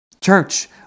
Church